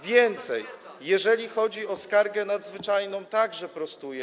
Więcej, jeżeli chodzi o skargę nadzwyczajną, także prostuję.